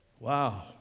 Wow